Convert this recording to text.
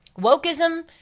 Wokeism